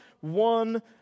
one